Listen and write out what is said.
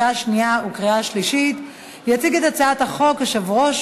עברה בקריאה שלישית ותיכנס לספר החוקים.